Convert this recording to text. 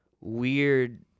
weird